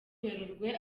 werurwe